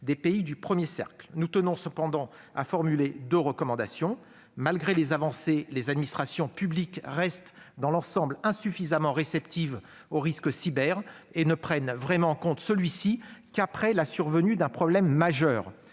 des pays du premier cercle. Nous tenons toutefois à formuler deux recommandations. Malgré les avancées, les administrations publiques restent, dans l'ensemble, insuffisamment réceptives au risque cyber et ne prennent vraiment en compte celui-ci qu'après la survenue d'un problème majeur.